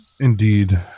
Indeed